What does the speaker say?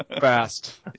fast